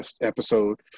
episode